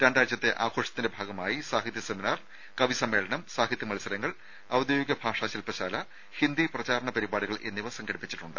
രണ്ടാഴ്ചത്തെ ആഘോഷത്തിന്റെ ഭാഗമായി സാഹിത്യ സെമിനാർ കവി സമ്മേളനം സാഹിത്യ മത്സരങ്ങൾ ഔദ്യോഗിക ഭാഷാശില്പശാല ഹിന്ദി പ്രചാരണ പരിപാടികൾ എന്നിവ സംഘടിപ്പിച്ചിട്ടുണ്ട്